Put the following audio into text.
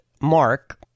mark